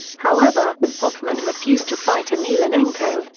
however, hoffman refused to fight emelianenko,